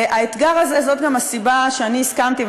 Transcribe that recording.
והאתגר הזה הוא גם הסיבה שאני הסכמתי,